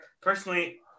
Personally